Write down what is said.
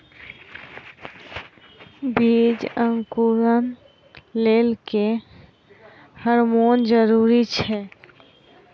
बीज अंकुरण लेल केँ हार्मोन जरूरी छै?